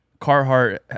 Carhartt